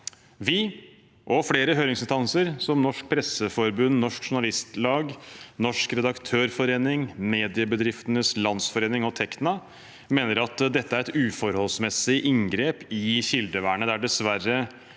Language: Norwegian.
Vi, og flere høringsinstanser, som Norsk Presseforbund, Norsk Journalistlag, Norsk Redaktørforening, Mediebedriftenes Landsforening og Tekna, mener at dette er et uforholdsmessig inngrep i kildevernet. Det er dessverre